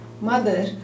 mother